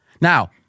Now